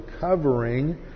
covering